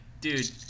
dude